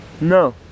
No